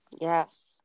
Yes